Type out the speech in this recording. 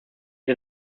had